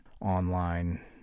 online